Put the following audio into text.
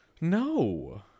no